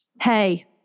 Hey